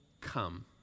come